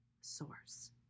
source